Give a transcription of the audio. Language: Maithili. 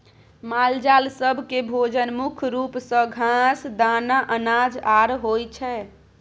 मालजाल सब केँ भोजन मुख्य रूप सँ घास, दाना, अनाज आर होइ छै